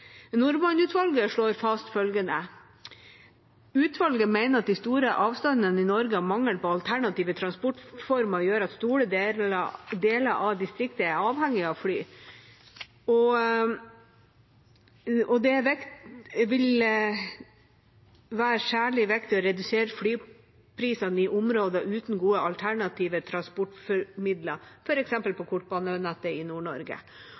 slår fast følgende: «Utvalget mener at de store avstandene i Norge og mangel på alternative transportformer gjør at store deler av distriktene er avhengig av fly.» Og videre: «Det vil særlig være viktig å redusere flyprisene i områder uten gode alternative transportmidler, for eksempel på kortbanenettet i